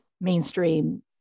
mainstream